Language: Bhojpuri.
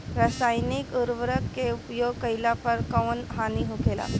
रसायनिक उर्वरक के उपयोग कइला पर कउन हानि होखेला?